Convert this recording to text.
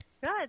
Good